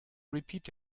repeat